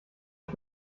ich